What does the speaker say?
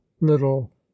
little